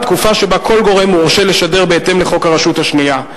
התקופה שבה כל גורם מורשה לשדר בהתאם לחוק הרשות השנייה.